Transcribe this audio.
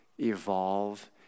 evolve